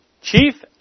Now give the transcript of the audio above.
chief